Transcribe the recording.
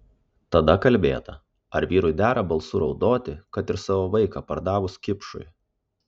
tada kalbėta ar vyrui dera balsu raudoti kad ir savo vaiką pardavus kipšui